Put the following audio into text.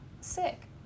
sick